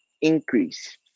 increase